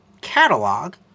catalog